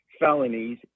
felonies